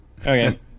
Okay